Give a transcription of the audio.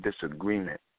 disagreement